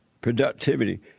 productivity